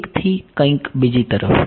1 થી કંઈક બીજી તરફ